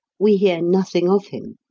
we hear nothing of him.